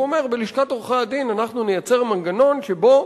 והוא אומר: בלשכת עורכי-הדין אנחנו נייצר מנגנון שבו,